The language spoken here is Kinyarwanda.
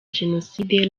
jenoside